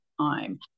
time